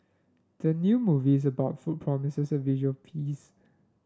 the new movies about food promises a visual feast